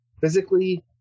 Physically